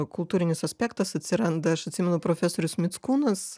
kultūrinis aspektas atsiranda aš atsimenu profesorius mickūnas